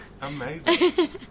Amazing